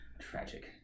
Tragic